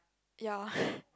ya